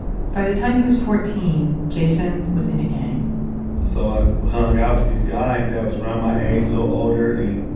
by the time he was fourteen, jason was in a gang so i hung out with these guys that was around my age, little older and,